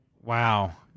Wow